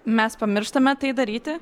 mes pamirštame tai daryti